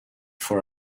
for